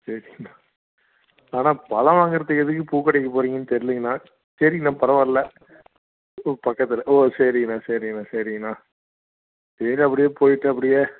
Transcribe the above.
சரி ஆனால் பழம் வாங்கறதுக்கு எதுக்குப் பூக்கடைக்கு போகறீங்கன்னு தெரிலிங்கண்ணா தெரியல பரவாயில்லை பூ பக்கத்தில் ஓ சரிங்கண்ணா சரிங்கண்ணா சரிங்கண்ணா சரின்னு அப்படியே போயிட்டு அப்படியே